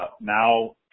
now